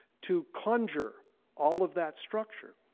to conjure all of that structure